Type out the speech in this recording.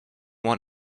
want